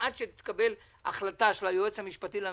עד שתתקבל החלטה של היועץ המשפטי לממשלה,